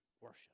worship